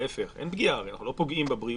ההפך הרי אנחנו לא פוגעים בבריאות,